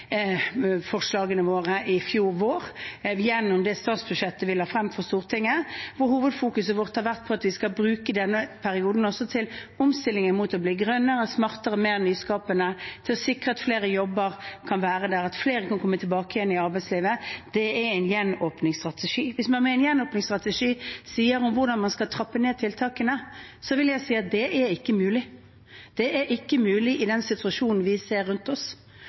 våre i fjor vår, gjennom det statsbudsjettet vi la frem for Stortinget, hvor hovedfokuset vårt har vært at vi skal bruke denne perioden også til omstillingen mot å bli grønnere, smartere og mer nyskapende, og til å sikre flere jobber og at flere kan komme tilbake igjen i arbeidslivet. Det er en gjenåpningsstrategi. Hvis man med en gjenåpningsstrategi mener at den skal si hvordan man skal trappe ned tiltakene, vil jeg si at det ikke er mulig. Det er ikke mulig i den situasjonen vi ser rundt oss.